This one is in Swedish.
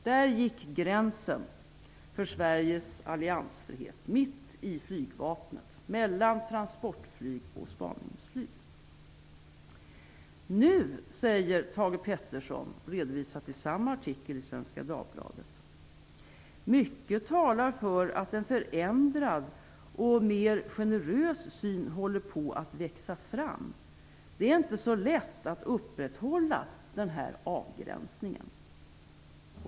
Där gick gränsen för Sveriges alliansfrihet, mitt i flygvapnet, mellan transportflyg och spaningsflyg. Nu säger Thage G Peterson i samma artikel i Svenska Dagbladet: "- mycket talar för att en förändrad och mer generös syn håller på att växa fram. Det är inte så lätt att upprätthålla den här avgränsningen".